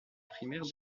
primaire